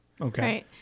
Okay